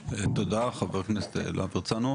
תודה, חבר הכנס יוראי להב הרצנו.